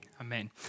Amen